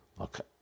Okay